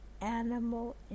animal